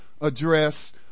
address